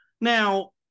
Now